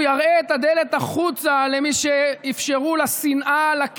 הוא יראה את הדלת החוצה למי שאפשרו לשנאה, לקנאה,